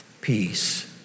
peace